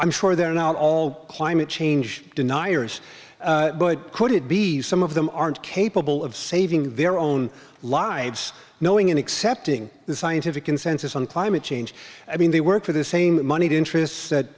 i'm sure they're not all climate change deniers could it be some of them aren't capable of saving their own lives knowing in accepting the scientific consensus on climate change i mean they work for the same moneyed interests that